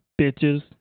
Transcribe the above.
Bitches